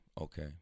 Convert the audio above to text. okay